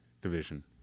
division